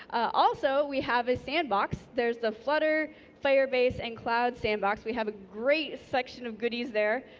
also we have a sandbox, there's the flutter, firebase and cloud sandbox, we have a great section of goodies there,